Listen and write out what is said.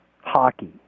hockey